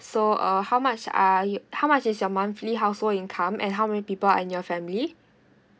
so uh how much are you how much is your monthly household income and how many people are in your family